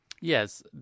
Yes